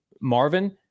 Marvin –